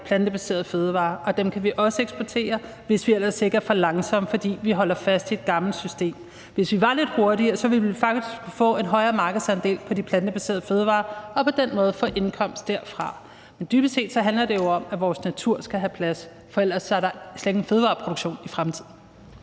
plantebaserede fødevarer, og dem kan vi også eksportere, hvis vi ellers ikke er for langsomme, fordi vi holder fast i et gammelt system. Hvis vi var lidt hurtigere, ville vi faktisk kunne få en højere markedsandel for de plantebaserede fødevarer og på den måde få en indkomst derfra. Men dybest set handler det jo om, at vores natur skal have plads, for ellers er der slet ingen fødevareproduktion i fremtiden.